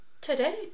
Today